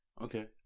Okay